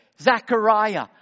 Zechariah